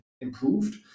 improved